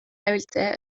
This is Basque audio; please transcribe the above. erabiltzea